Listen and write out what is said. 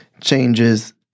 changes